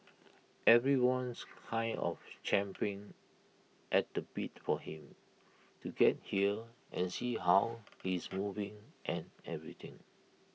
everyone's kind of champing at the bit for him to get here and see how he's moving and everything